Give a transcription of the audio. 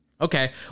okay